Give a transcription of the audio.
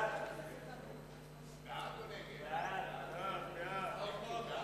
סעיפים 1 6